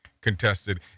contested